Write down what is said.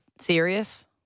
serious